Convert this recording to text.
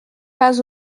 pas